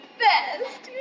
best